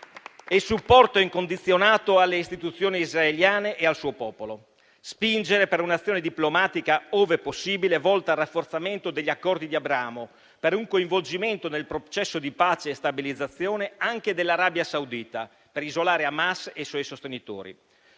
e supporto incondizionato alle istituzioni israeliane e al suo popolo. Spingere per un'azione diplomatica, ove possibile, volta al rafforzamento degli Accordi di Abramo, per un coinvolgimento nel processo di pace e stabilizzazione anche dell'Arabia Saudita, per isolare Hamas e i suoi sostenitori.